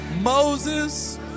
Moses